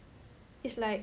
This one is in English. it's like